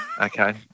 okay